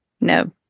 No